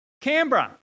Canberra